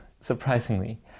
surprisingly